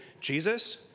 Jesus